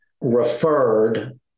referred